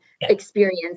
experience